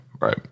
Right